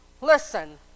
Listen